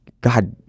God